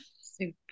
Super